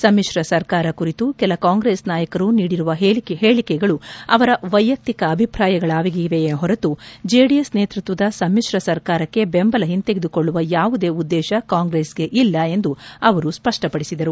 ಸಮಿತ್ರ ಸರ್ಕಾರ ಕುರಿತು ಕೆಲ ಕಾಂಗ್ರೆಸ್ ನಾಯಕರು ನೀಡಿರುವ ಹೇಳಕೆಗಳು ಅವರ ವೈಯಕ್ತಿಕ ಅಭಿಪ್ರಾಯಗಳಾಗಿವೆಯೇ ಹೊರತು ಜೆಡಿಎಸ್ ನೇತೃತ್ವದ ಸಮಿಶ್ರ ಸರ್ಕಾರಕ್ಷೆ ಬೆಂಬಲ ಹಿಂತೆಗೆದುಕೊಳ್ಳುವ ಯಾವುದೇ ಉದ್ನೇತ ಕಾಂಗ್ರೆಸ್ಗೆ ಇಲ್ಲ ಎಂದು ಅವರು ಸ್ಪಷ್ನ ಪಡಿಸಿದರು